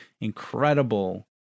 incredible